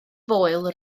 foel